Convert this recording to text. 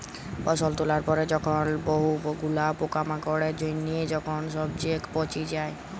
ফসল তোলার পরে যখন বহু গুলা পোকামাকড়ের জনহে যখন সবচে পচে যায়